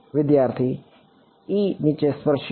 વિદ્યાર્થી ઇ નીચે સ્પર્શનીય